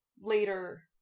Later